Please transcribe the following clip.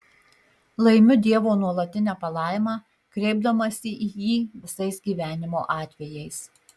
laimiu dievo nuolatinę palaimą kreipdamasi į jį visais gyvenimo atvejais